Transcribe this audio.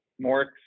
more